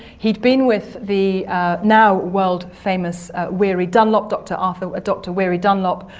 he'd been with the now-world-famous weary dunlop, doctor ah so ah doctor weary dunlop,